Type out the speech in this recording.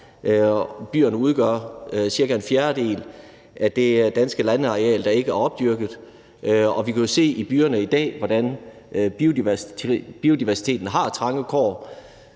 Byerne udgør cirka en fjerdedel af det danske landareal, der ikke er opdyrket, og vi kan jo se i byerne i dag, hvordan biodiversiteten har trange kår,